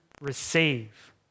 receive